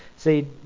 See